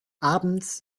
abends